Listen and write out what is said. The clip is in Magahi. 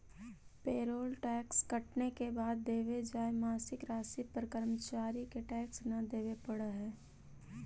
पेरोल टैक्स कटने के बाद देवे जाए मासिक राशि पर कर्मचारि के टैक्स न देवे पड़ा हई